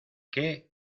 qué